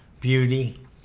beauty